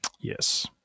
Yes